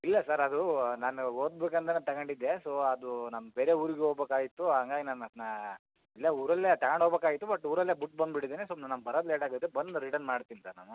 ಇಲ್ಲ ಸರ್ ಅದು ನಾನು ಓದ್ಬೇಕ್ ಅಂತನೇ ತಗೊಂಡಿದ್ದೆ ಸೊ ಅದು ನಮ್ಮ ಬೇರೆ ಊರಿಗೆ ಹೋಗ್ಬೇಕಾಇತ್ತು ಹಂಗಾಗ್ ನಾನು ಅದನ್ನ ಇಲ್ಲೇ ಊರಲ್ಲೇ ತಗಂಡು ಹೋಗ್ಬೇಕಾಇತ್ತು ಬಟ್ ಊರಲ್ಲೇ ಬಿಟ್ಬಂದ್ಬಿಟ್ಟಿದೀನಿ ಸ್ವಲ್ಪ ನಾನು ಬರದು ಲೇಟಾಗುತ್ತೆ ಬಂದು ರಿಟರ್ನ್ ಮಾಡ್ತೀನಿ ಸರ್ ನಾನು